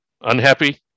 unhappy